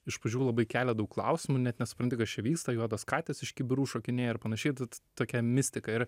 iš pradžių labai kelia daug klausimų net nesupranti kas čia vyksta juodos katės iš kibirų šokinėja ir panašiai tad tokia mistika ir